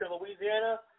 Louisiana